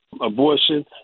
abortion